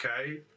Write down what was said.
okay